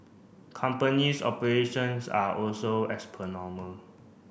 companies operations are also as per normal